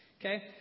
Okay